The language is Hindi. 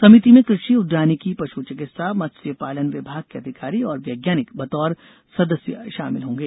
समिति में कृषि उद्यानिकी पषु चिकित्सा मत्स्य पालन विभाग के अधिकारी और वैज्ञानिक बतौर सदस्य षामिल रहेंगे